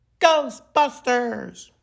Ghostbusters